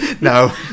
No